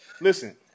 Listen